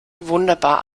wunderbar